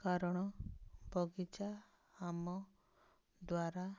କାରଣ ବଗିଚା ଆମ ଦ୍ୱାରା